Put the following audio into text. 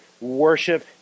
worship